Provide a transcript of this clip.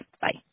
Bye